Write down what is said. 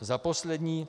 Za poslední.